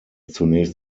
zunächst